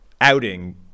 outing